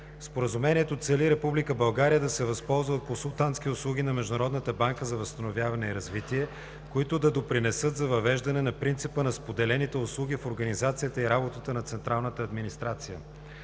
Споразумението цели Република България да се възползва от консултантски услуги на Международната банка за възстановяване и развитие, които да допринесат за въвеждане на принципа на споделените услуги в организацията и работата на централната администрация.